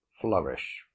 flourish